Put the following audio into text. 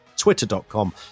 Twitter.com